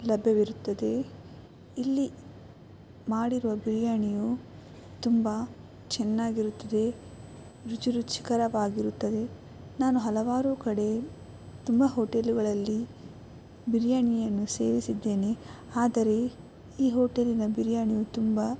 ಲಭ್ಯವಿರುತ್ತದೆ ಇಲ್ಲಿ ಮಾಡಿರುವ ಬಿರ್ಯಾನಿಯು ತುಂಬ ಚೆನ್ನಾಗಿರುತ್ತದೆ ರುಚಿ ರುಚಿಕರವಾಗಿರುತ್ತದೆ ನಾನು ಹಲವಾರು ಕಡೆ ತುಂಬ ಹೊಟೇಲುಗಳಲ್ಲಿ ಬಿರ್ಯಾನಿಯನ್ನು ಸೇವಿಸಿದ್ದೇನೆ ಆದರೆ ಈ ಹೋಟೆಲಿನ ಬಿರ್ಯಾನಿಯು ತುಂಬ